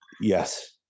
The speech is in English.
Yes